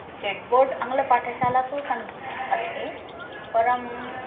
state board आङ्ग्लपाठशालासु सन् अस्ति परम्